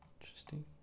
interesting